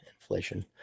inflation